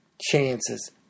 chances